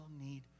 need